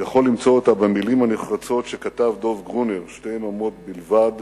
יכול למצוא אותה במלים הנחרצות שכתב דב גרונר שתי יממות בלבד